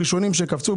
הראשונים שקפצו,